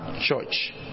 church